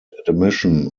admission